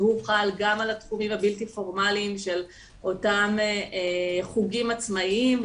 שחל גם על התחומים הבלתי פורמליים של אותם חוגים עצמאיים.